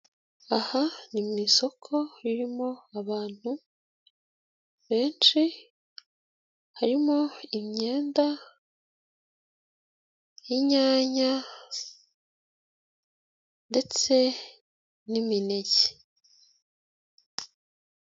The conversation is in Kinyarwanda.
Aha ni mu isoko ririmo abantu benshi. Harimo: imyenda, inyanya ndetse n'imineke.